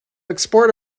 export